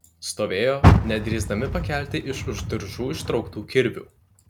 stovėjo nedrįsdami pakelti iš už diržų ištrauktų kirvių